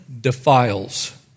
defiles